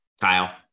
Kyle